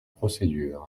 procédure